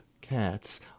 cats